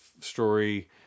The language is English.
story